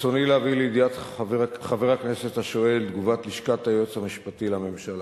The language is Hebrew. ברצוני להביא לידיעת חבר הכנסת השואל תגובת לשכת היועץ המשפטי לממשלה.